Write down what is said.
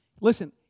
Listen